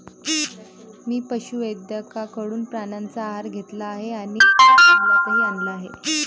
मी पशुवैद्यकाकडून प्राण्यांचा आहार घेतला आहे आणि अमलातही आणला आहे